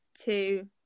two